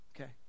Okay